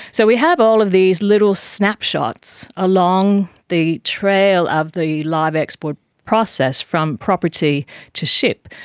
so we have all of these little snapshots along the trail of the live export process, from property to ship.